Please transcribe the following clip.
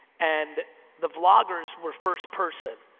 and the vloggers were first person,